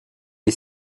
est